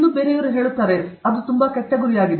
ಸರಿ ಅದು ತುಂಬಾ ಕೆಟ್ಟ ಗುರಿಯಾಗಿದೆ